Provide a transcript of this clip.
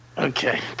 Okay